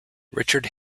richard